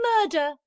murder